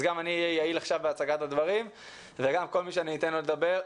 אז גם אני אהיה יעיל עכשיו בהצגת הדברים וגם כל מי שאני אתן לו לדבר,